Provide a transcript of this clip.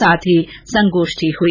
साथ ही संगोष्ठी हुई